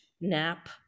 Nap